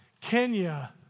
Kenya